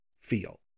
feel